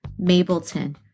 Mableton